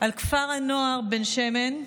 על כפר הנוער בן שמן,